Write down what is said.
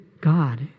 God